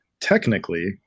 technically